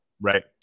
Right